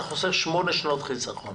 אתה צובר שמונה שנות חיסכון